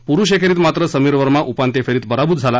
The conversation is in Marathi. पुरुष एकेरीत मात्र समीर वर्मा उपांत्य फेरीत पराभूत झाला